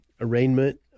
arraignment